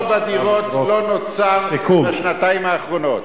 המחסור בדירות לא נוצר בשנתיים האחרונות.